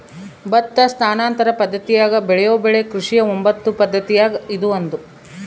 ಭತ್ತ ಸ್ಥಾನಾಂತರ ಪದ್ದತಿಯಾಗ ಬೆಳೆಯೋ ಬೆಳೆ ಕೃಷಿಯ ಒಂಬತ್ತು ಪದ್ದತಿಯಾಗ ಇದು ಒಂದು